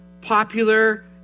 popular